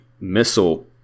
missile